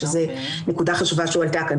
שזו נקודה חשובה שהועלתה כאן,